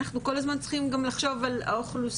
אנחנו כל הזמן צריכים גם לחשוב על האוכלוסייה